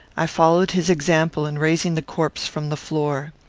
i followed his example in raising the corpse from the floor.